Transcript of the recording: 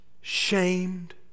shamed